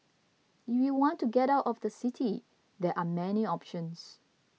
if you want to get out of the city there are many options